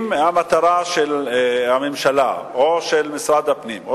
אם המטרה של הממשלה או של משרד הפנים או